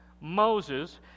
Moses